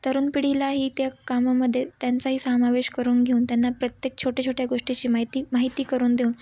तरुण पिढीलाही त्या कामामध्ये त्यांचाही सामावेश करून घेऊन त्यांना प्रत्येक छोट्या छोट्या गोष्टीची माहिती माहिती करून देऊन